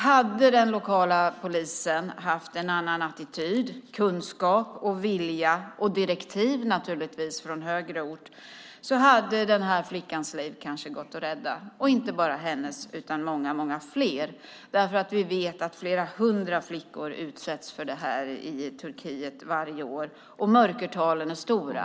Hade den lokala polisen haft en annan attityd och kunskap och vilja och, naturligtvis, direktiv från högre ort hade den här flickans liv kanske gått att rädda och inte bara hennes utan många andras. Vi vet nämligen att flera hundra flickor utsätts för det här i Turkiet varje år, och mörkertalen är stora.